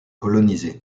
colonisé